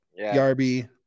Yarby